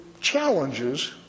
challenges